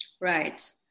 Right